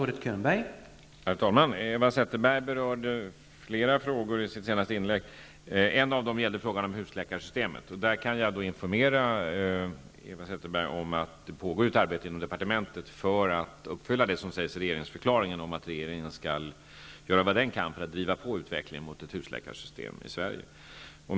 Herr talman! Eva Zetterberg berörde flera frågor i sitt senaste inlägg. En av dem gällde husläkarsystemet. Jag kan informera Eva Zetterberg om att det pågår ett arbete inom departementet för att uppfylla det som sägs i regeringsförklaringen om att regeringen skall göra vad den kan för att driva på utvecklingen mot ett husläkarsystem i Sverige.